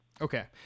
Okay